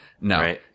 No